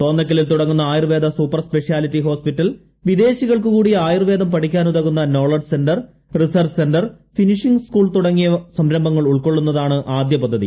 തോന്നയ്ക്കലിൽ തുടങ്ങുന്ന Ayurveda super speciality hospital വിദേശികൾക്ക് കൂടി ആയൂർവേദം പഠിക്കാനുതകുന്ന knowledge centre research centre finishing school തുടങ്ങിയ സംരംഭങ്ങൾ ഉൾക്കൊള്ളുന്നതാണ് ആദ്യ പദ്ധതി